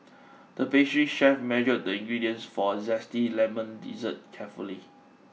the pastry chef measured the ingredients for a zesty lemon dessert carefully